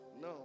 No